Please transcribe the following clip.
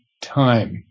time